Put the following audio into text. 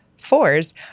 Fours